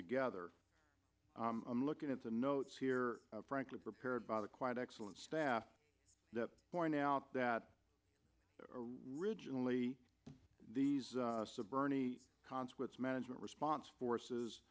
together i'm looking at the notes here frankly prepared by the quite excellent staff that point out that originally these suburban consequence management response forces